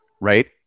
right